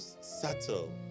subtle